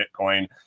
Bitcoin